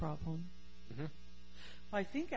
problem i think